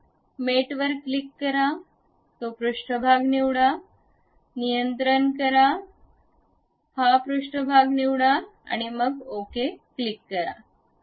तर मेटवर क्लिक करा ती पृष्ठभाग निवडा नियंत्रण करा ही पृष्ठभाग निवडा आणि मग ओके क्लिक करा